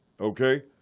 Okay